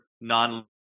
non